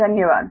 धन्यवाद